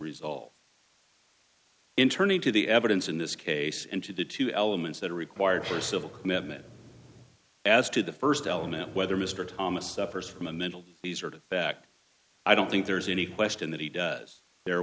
resolve in turning to the evidence in this case and two to two elements that are required for civil commitment as to the st element whether mr thomas suffers from a mental these are the fact i don't think there's any question that he does there